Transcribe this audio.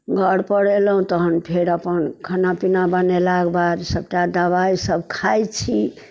घर पर एलहुँ तहन फेर अपन खाना पीना बनेलाक बाद सभटा दबाइ सभ खाइत छी